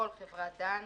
כל חברת דן,